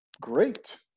Great